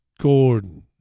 Gordon